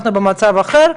אנחנו במצב אחר.